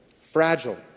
fragile